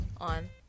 on